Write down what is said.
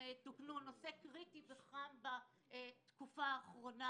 תוקנו נושא קריטי וחם בתקופה האחרונה.